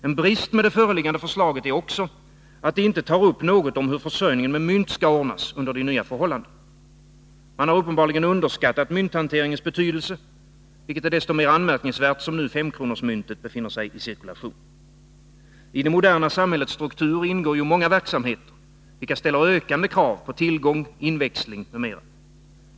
En brist med det föreliggande förslaget är också att man inte berör frågan om hur försörjningen med mynt skall ordnas under de nya förhållandena. Man har uppenbarligen underskattat mynthanteringens betydelse, vilket är så mycket mer anmärkningsvärt som femkronorsmyntet nu befinner sig i cirkulation. I det moderna samhällets struktur ingår ju många verksamheter, vilka ställer ökande krav på tillgång, inväxling m.m.